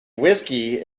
whiskey